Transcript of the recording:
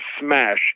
smash